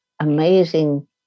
amazing